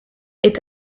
est